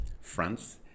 France